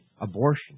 abortion